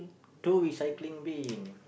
two recycling bin